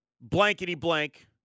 blankety-blank